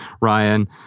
Ryan